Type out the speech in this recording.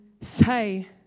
say